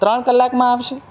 ત્રણ કલાકમાં આવશે